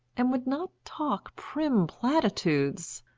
and would not talk prim platitudes.